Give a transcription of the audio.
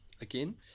again